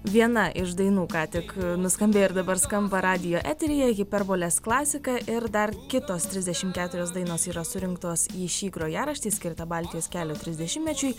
viena iš dainų ką tik nuskambėjo ir dabar skamba radijo eteryje hiperbolės klasika ir dar kitos trisdešimt keturios dainos yra surinktos į šį grojaraštį skirtą baltijos kelio trisdešimtmečiui